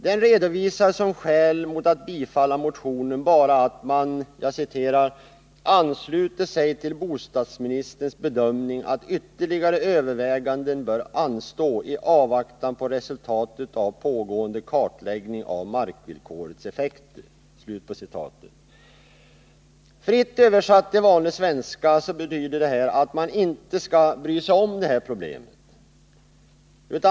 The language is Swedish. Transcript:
Den redovisar som skäl att avstyrka motionen bara att den ”ansluter sig till bostadsministerns bedömning att ytterligare överväganden om amorteringstiderna bör anstå i avvaktan på resultatet av pågående kartläggning av markvillkorets effekter”. Fritt översatt till vanlig svenska betyder detta att man inte skall bry sig om problemet.